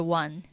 one